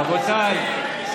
רבותיי.